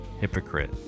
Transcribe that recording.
hypocrite